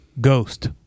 Ghost